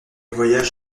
voyage